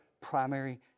primary